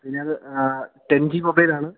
പിന്നെ അത് ten G മൊബൈലാണ്